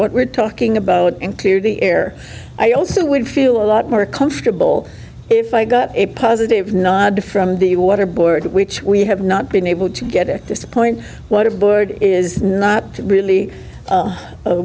what we're talking about and clear the air i also would feel a lot more comfortable if i got a positive nod from the water board which we have not been able to get at this point what a board is not really